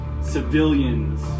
civilians